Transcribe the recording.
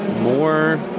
more